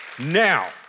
Now